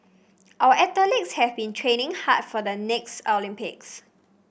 our athletes have been training hard for the next Olympics